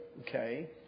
okay